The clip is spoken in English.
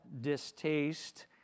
distaste